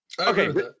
Okay